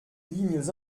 lignes